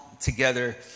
together